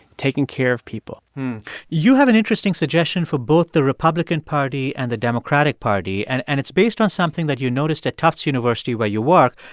taking care of people you have an interesting suggestion for both the republican party and the democratic party. and and it's based on something that you noticed at tufts university where you work,